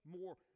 more